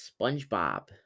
SpongeBob